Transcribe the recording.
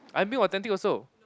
I'm being authentic also